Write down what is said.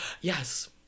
Yes